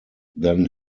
than